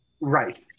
Right